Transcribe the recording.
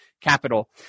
capital